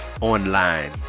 online